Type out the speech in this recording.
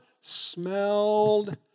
smelled